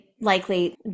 likely